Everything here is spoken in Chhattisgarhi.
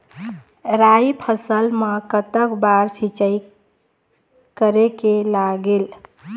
राई फसल मा कतक बार सिचाई करेक लागेल?